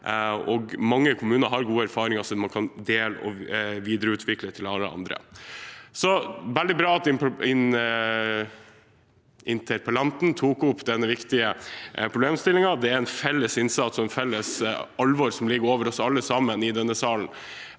Mange kommuner har gode erfaringer som man kan dele med andre, og som kan videreutvikles. Det er veldig bra at interpellanten tok opp denne viktige problemstillingen. Det er en felles innsats og et felles alvor som ligger over oss alle sammen i denne salen.